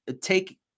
take